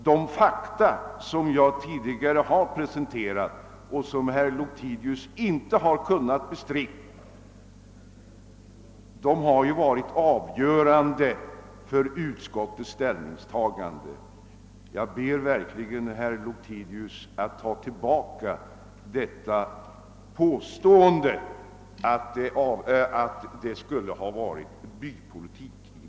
De fakta som jag har lagt fram och som herr Lothigius inte kunnat bestrida har varit avgörande för utskottets ställningstagande. Jag ber verkligen herr Lothigius att ta tillbaka påståendet att det varit fråga om bypolitik.